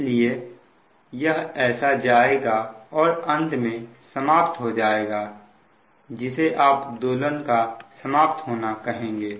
इसलिए यह ऐसा जाएगा और अंत में समाप्त हो जाएगा जिसे आप दोलन का समाप्त होना कहेंगे